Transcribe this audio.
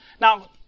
Now